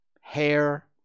hair